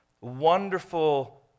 wonderful